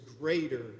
greater